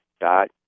dot